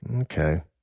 Okay